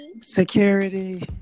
security